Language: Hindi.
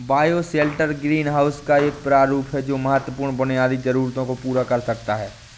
बायोशेल्टर ग्रीनहाउस का एक रूप है जो महत्वपूर्ण बुनियादी जरूरतों को पूरा कर सकता है